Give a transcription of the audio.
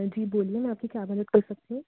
जी बोलिए मैं आपकी क्या मदद कर सकती हूँ